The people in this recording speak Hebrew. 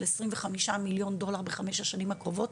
עשרים וחמישה מיליון דולר בחמש השנים הקרובות,